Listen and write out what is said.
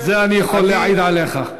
את זה אני יכול להעיד עליך.